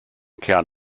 kern